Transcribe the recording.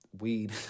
weed